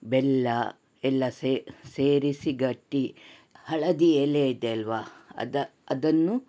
ಬೆಲ್ಲ ಎಲ್ಲ ಸೇರಿಸಿ ಗಟ್ಟಿ ಹಳದಿ ಎಲೆ ಇದೆಯಲ್ವಾ ಅದು ಅದನ್ನು